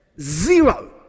Zero